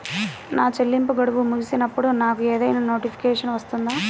నా చెల్లింపు గడువు ముగిసినప్పుడు నాకు ఏదైనా నోటిఫికేషన్ వస్తుందా?